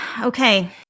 Okay